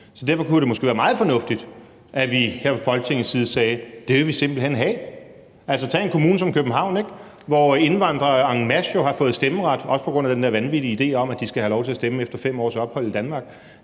så derfor kunne det måske være meget fornuftigt, at vi her fra Folketingets side sagde, at det vil vi simpelt hen have. Tag en kommune som København, hvor indvandrere en masse jo har fået stemmeret, også på grund af den der vanvittige idé om, at de skal have lov til at stemme efter 5 års ophold i Danmark,